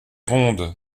ronde